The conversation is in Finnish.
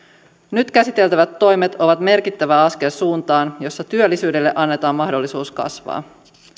nyt käsiteltävät toimet ovat merkittävä askel suuntaan jossa työllisyydelle annetaan mahdollisuus kasvaa